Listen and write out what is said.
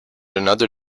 another